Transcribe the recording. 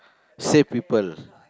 save people